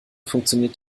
funktioniert